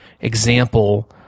example